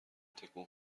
تکون